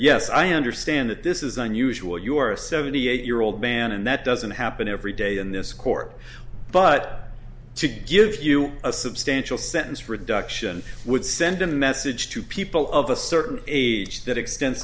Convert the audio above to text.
yes i understand that this is unusual you are a seventy eight year old man and that doesn't happen every day in this court but to give you a substantial sentence reduction would send a message to people of a certain age that exten